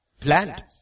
plant